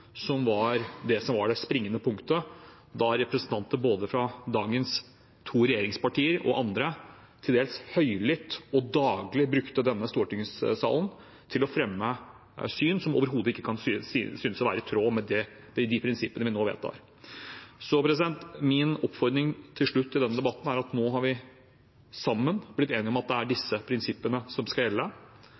som var det springende punktet da representanter fra både dagens to regjeringspartier og andre, til dels høylytt og daglig brukte stortingssalen til å fremme syn som overhodet ikke kan sies å være i tråd med de prinsippene vi nå vedtar. Så min oppfordring til slutt i denne debatten er: Nå har vi sammen blitt enige om at det er disse prinsippene som skal gjelde.